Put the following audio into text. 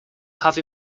have